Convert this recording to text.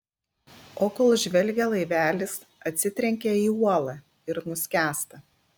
o kol žvelgia laivelis atsitrenkia į uolą ir nuskęsta